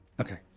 Okay